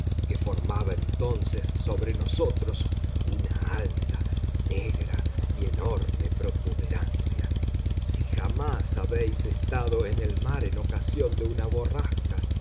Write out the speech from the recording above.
que formaba entonces sobre nosotros una alta negra y enorme protuberancia si jamás habéis estado en el mar en ocasión de una borrasca